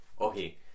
Okay